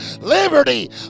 Liberty